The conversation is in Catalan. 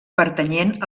pertanyent